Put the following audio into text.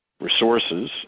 resources